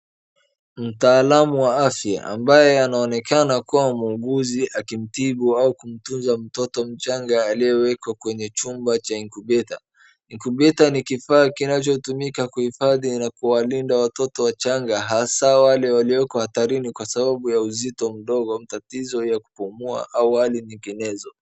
Mtaalamu wa afya ambaye anaonekana kuwa muuguzi akimtibu au kumtuza mtoto mchanga aliyewekwa kwenye chumba cha ikubeta. Inkubeta ni kifaa kinachotumika kuhifadhi na kuwalinda watoto wachanga hasaa wale waliokohatarini kwa sababu ya uzito mdogo, matatizo ya kupumua au hali nyinginezo.